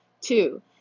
Two